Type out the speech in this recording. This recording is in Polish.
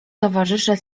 towarzysze